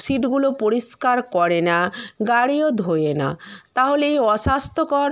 সিটগুলো পরিষ্কার করে না গাড়িও ধোয়ে না তাহলে এই অস্বাস্থ্যকর